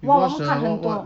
!wah! 我们看很多